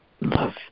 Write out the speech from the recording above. Love